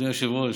אדוני היושב-ראש,